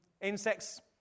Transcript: Insects